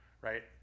right